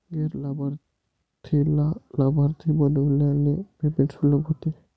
गैर लाभार्थीला लाभार्थी बनविल्याने पेमेंट सुलभ होते